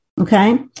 Okay